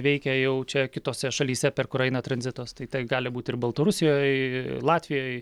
veikia jau čia kitose šalyse per kur eina tranzitas tai gali būt ir baltarusijoj latvijoj